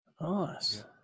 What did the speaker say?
Nice